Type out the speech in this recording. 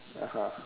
(uh huh)